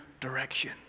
direction